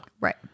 Right